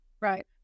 Right